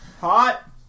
Hot